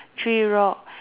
three rock